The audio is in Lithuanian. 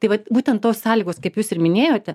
tai vat būtent tos sąlygos kaip jūs ir minėjote